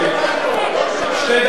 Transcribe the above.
אין לו מיקרופון.